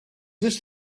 this